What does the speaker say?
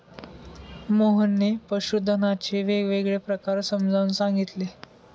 मोहनने पशुधनाचे वेगवेगळे प्रकार समजावून सांगितले